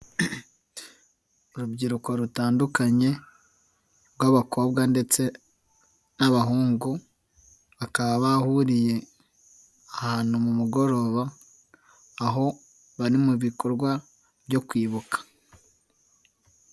Urubyiruko rutandukanye rw'abakobwa ndetse n'abahungu, bakaba bahuriye ahantu mu mugoroba, aho bari mu bikorwa byo kwibuka.